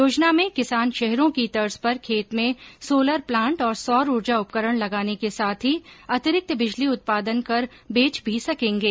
योजना में किसान शहरों की तर्ज पर खेत में सोलर प्लांट और सौर ऊर्जा उपकरण लगाने के साथ ही अतिरिक्त बिजली उत्पादन कर बेच भी सकेंगे